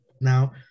now